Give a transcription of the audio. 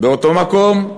באותו מקום,